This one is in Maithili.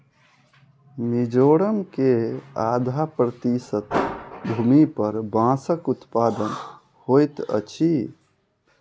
मिजोरम के आधा प्रतिशत भूमि पर बांसक उत्पादन होइत अछि